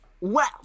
Wow